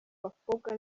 bakobwa